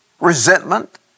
resentment